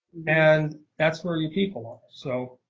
and that's where your people so